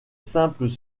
simples